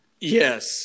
Yes